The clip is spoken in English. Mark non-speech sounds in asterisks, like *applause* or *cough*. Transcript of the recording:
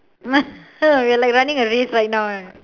*laughs* we are like running a race right now ah